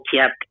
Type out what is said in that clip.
kept